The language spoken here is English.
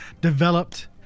developed